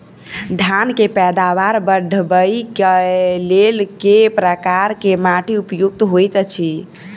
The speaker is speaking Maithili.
धान केँ पैदावार बढ़बई केँ लेल केँ प्रकार केँ माटि उपयुक्त होइत अछि?